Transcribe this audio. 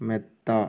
മെത്ത